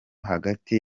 hagati